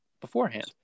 beforehand